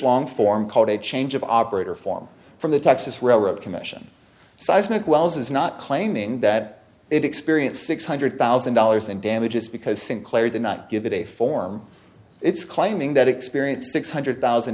long form called a change of operator form from the texas railroad commission seismic wells is not claiming that it experienced six hundred thousand dollars in damages because sinclair did not give it a form it's claiming that experience six hundred thousand